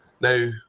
Now